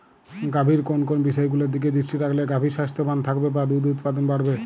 গাভীর কোন কোন বিষয়গুলোর দিকে দৃষ্টি রাখলে গাভী স্বাস্থ্যবান থাকবে বা দুধ উৎপাদন বাড়বে?